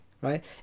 right